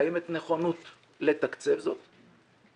קיימת נכונות לתקצב זאת.